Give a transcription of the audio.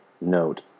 Note